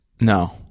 No